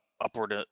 upward